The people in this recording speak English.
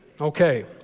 Okay